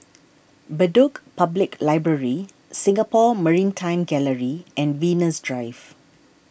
Bedok Public Library Singapore Maritime Gallery and Venus Drive